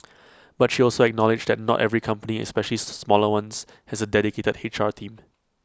but she also acknowledged that not every company especially smaller ones has A dedicated H R team